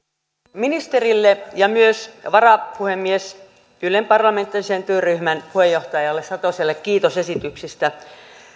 ministerille ja myös varapuhemies ylen parlamentaarisen työryhmän puheenjohtaja satoselle kiitos esityksistä